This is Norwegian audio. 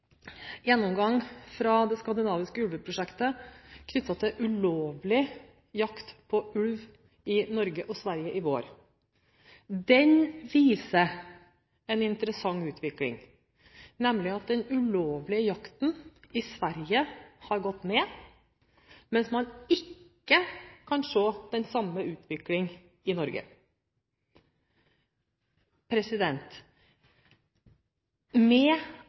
gjennomgang fra det skandinaviske ulveprosjektet knyttet til ulovlig jakt på ulv i Norge og Sverige i vår. Den viser en interessant utvikling, nemlig at den ulovlige jakten i Sverige har gått ned, mens man ikke kan se den samme utviklingen i Norge. Med